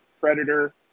Predator